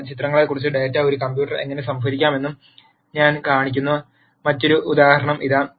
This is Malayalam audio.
ചിത്രങ്ങളെക്കുറിച്ചുള്ള ഡാറ്റ ഒരു കമ്പ്യൂട്ടർ എങ്ങനെ സംഭരിക്കാമെന്ന് ഞാൻ കാണിക്കുന്ന മറ്റൊരു ഉദാഹരണം ഇതാ